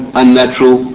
unnatural